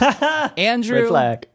Andrew